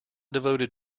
devoted